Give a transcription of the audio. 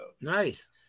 Nice